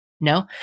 No